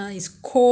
that's why 我说